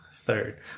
third